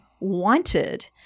wanted